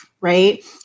right